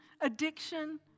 addiction